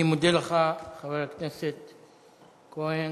אני מודה לך, חבר הכנסת כהן.